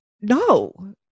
No